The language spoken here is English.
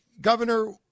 Governor